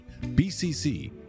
BCC